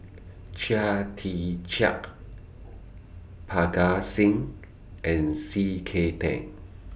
Chia Tee Chiak Parga Singh and C K Tang